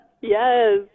Yes